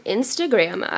Instagram